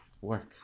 work